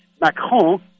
Macron